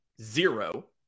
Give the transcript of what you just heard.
zero